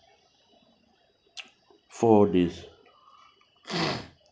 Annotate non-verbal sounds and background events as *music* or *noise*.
four days *noise*